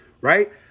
right